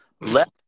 left